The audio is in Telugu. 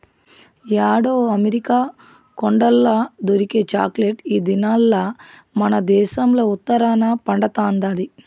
యాడో అమెరికా కొండల్ల దొరికే చాక్లెట్ ఈ దినాల్ల మనదేశంల ఉత్తరాన పండతండాది